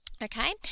okay